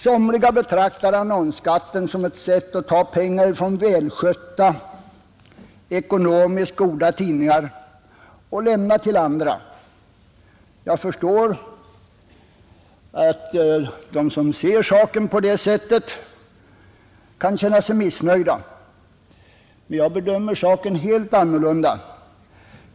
Somliga betraktar annonsskatten som ett sätt att ta pengar från välskötta, ekonomiskt goda tidningar för att lämna dem till andra tidningar. Jag förstår att de som ser saken på det sättet kan känna sig missnöjda, men jag bedömer den helt annorlunda.